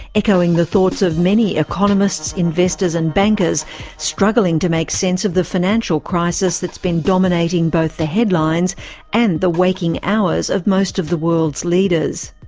echoing the thoughts of many economists, investors and bankers struggling to make sense of the financial crisis that's been dominating both the headlines headlines and the waking hours of most of the world's leaders.